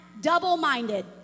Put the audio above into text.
double-minded